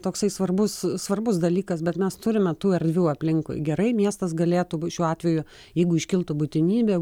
toksai svarbus svarbus dalykas bet mes turime tų erdvių aplinkui gerai miestas galėtų būti šiuo atveju jeigu iškiltų būtinybė